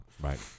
Right